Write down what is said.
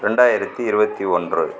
ரெண்டாயிரத்தி இருபத்தி ஒன்று